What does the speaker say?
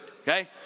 Okay